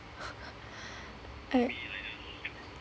I